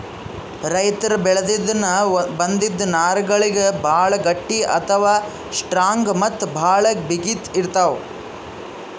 ರೈತರ್ ಬೆಳಿಲಿನ್ದ್ ಬಂದಿಂದ್ ನಾರ್ಗಳಿಗ್ ಭಾಳ್ ಗಟ್ಟಿ ಅಥವಾ ಸ್ಟ್ರಾಂಗ್ ಮತ್ತ್ ಭಾಳ್ ಬಿಗಿತ್ ಇರ್ತವ್